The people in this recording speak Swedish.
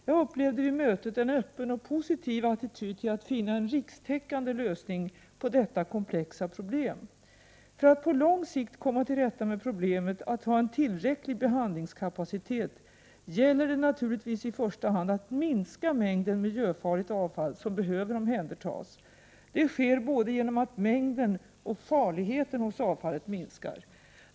Jag upplevde vid mötet en öppen och positiv attityd till att finna en rikstäckande lösning på detta komplexa problem. För att på lång sikt komma till rätta med problemet att ha en tillräcklig behandlingskapacitet gäller det naturligtvis i första hand att minska mängden miljöfarligt avfall som behöver omhändertas. Det sker både genom att mängden och farligheten hos avfallet minskar.